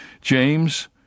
James